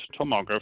tomography